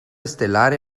estelar